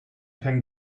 can